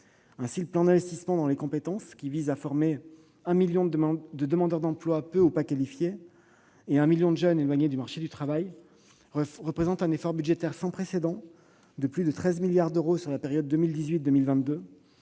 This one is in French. : le plan d'investissement dans les compétences, qui vise à former un million de demandeurs d'emploi peu ou pas qualifiés et un million de jeunes éloignés du marché du travail, représente un effort budgétaire sans précédent de plus de 13 milliards d'euros sur la période couvrant